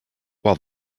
while